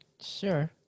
sure